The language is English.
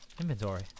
Inventory